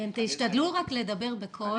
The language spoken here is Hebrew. --- תשתדלו לדבר בקול,